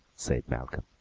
said malcolm.